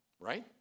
right